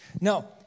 No